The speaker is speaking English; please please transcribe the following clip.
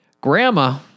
Grandma